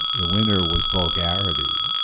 the winner was vulgarity.